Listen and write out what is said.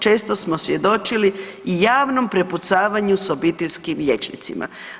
Često smo svjedočili javnom prepucavanju s obiteljskim liječnicima.